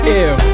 ill